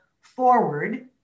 forward